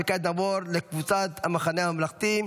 כעת נעבור לקבוצת סיעת המחנה הממלכתי: